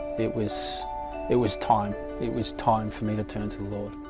it was it was time it was time for me to turn to the lord